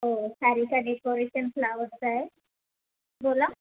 हो Sarika decoration flowers आहे बोला